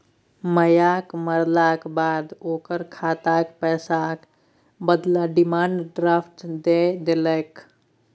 मायक मरलाक बाद ओकर खातक पैसाक बदला डिमांड ड्राफट दए देलकै